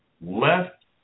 left